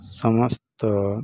ସମସ୍ତ